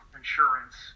insurance